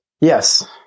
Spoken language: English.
Yes